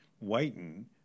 whiten